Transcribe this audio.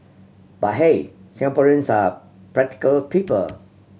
but hey Singaporeans are practical people